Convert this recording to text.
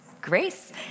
grace